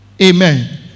Amen